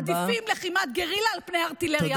מעדיפים לחימת גרילה על פני ארטילריה אווירית.